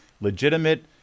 legitimate